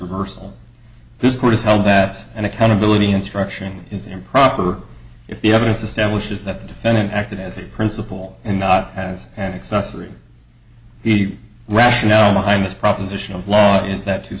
reversal this court has held that an accountability instruction is improper if the evidence establishes that the defendant acted as a principal and not as an accessory the rationale behind this proposition of law is that to